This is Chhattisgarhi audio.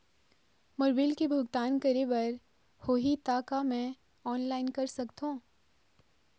मोर बिल के भुगतान करे बर होही ता का मैं ऑनलाइन कर सकथों?